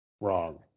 Wrong